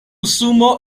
sumo